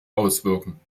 auswirken